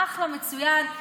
אחלה, מצוין.